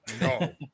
No